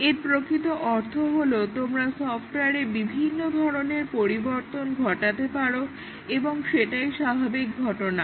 এর প্রকৃত অর্থ হলো তোমরা সফট্ওয়ারে বিভিন্ন ধরনের পরিবর্তন ঘটাতে পারো এবং সেটাই স্বাভাবিক ঘটনা